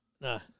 No